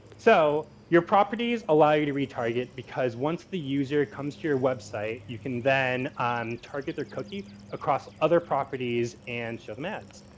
so, your properties allow you to retarget because once the user comes to your website you can then target their cookie across other properties and show them ads.